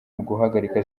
guhagarika